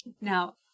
Now